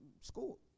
school